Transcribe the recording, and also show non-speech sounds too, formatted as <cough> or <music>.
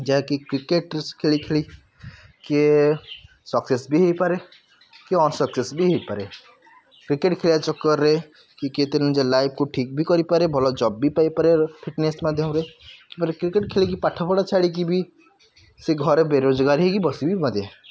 ଯାହାକି କ୍ରିକେଟ୍ରେ ସ୍ ଖେଳି ଖେଳି କିଏ ସକ୍ସେସ୍ ବି ହୋଇପାରେ କିଏ ଅନ୍ସକ୍ସେସ୍ ବି ହୋଇପାରେ କ୍ରିକେଟ୍ ଖେଳିବା ଚକରରେ କିଏ କେତେ ନିଜ ଲାଇଫ୍କୁ ଠିକ୍ ବି କରିପାରେ ଭଲ ଜବ୍ ବି ପାଇପାରେ ଫିଟନେସ୍ ମାଧ୍ୟମରେ ତାପରେ କ୍ରିକେଟ୍ ଖେଳିକି ପାଠ ପଢ଼ା ଛାଡ଼ିକି ବି ସେ ଘରେ ବେରୋଜଗାର ହୋଇକି ବସି ବି <unintelligible>